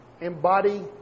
embody